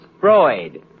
Freud